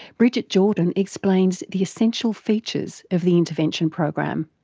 brigid jordan explains the essential features of the intervention program.